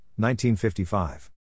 1955